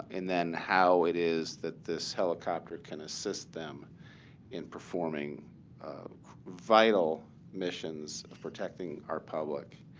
and then how it is that this helicopter can assist them in performing vital missions protecting our public.